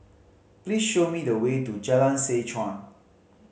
please show me the way to Jalan Seh Chuan